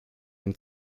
ihn